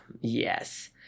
Yes